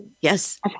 Yes